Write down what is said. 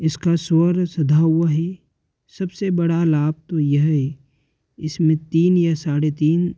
इसका स्वर सधा हुआ है सबसे बड़ा लाभ तो यह है इसमें तीन या साढ़े तीन